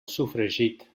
sofregit